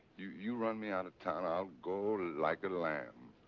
you you run me out of town, i'll go like a lamb.